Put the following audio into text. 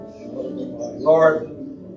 Lord